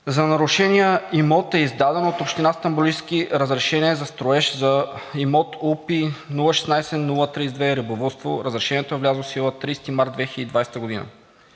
За нарушения имот е издадено от Община Стамболийски разрешение за строеж, за имот УПИ – 016032 рибовъдство. Разрешението е влязло в сила от 30 март 2020 г.